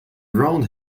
round